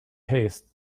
haste